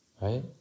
right